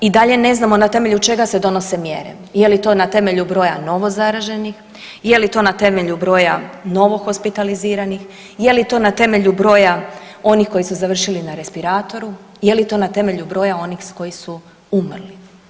I dalje ne znamo na temelju čega se donose mjere je li to na temelju broja novozaraženih, je li to na temelju broja novohospitaliziranih, je li to na temelju broja onih koji su završili na respiratoru, je li to na temelju broja onih koji su umrli?